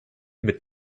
mit